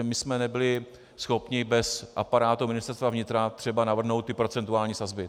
My jsme nebyli schopni bez aparátu Ministerstva vnitra navrhnout třeba procentuální sazby.